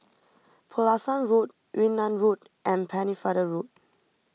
Pulasan Road Yunnan Road and Pennefather Road